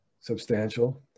substantial